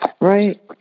Right